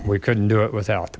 we couldn't do it without